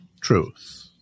Truth